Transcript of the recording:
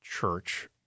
church